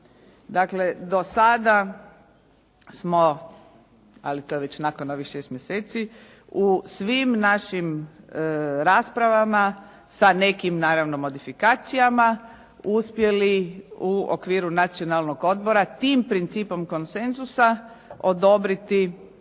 Dakle, do sada smo ali je to već nakon ovih 6 mjeseci u svim našim raspravama sa nekim naravno modifikacijama uspjeli u okviru Nacionalnog odbora tim principom konsenzusa odobriti